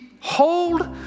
hold